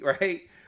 Right